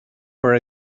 for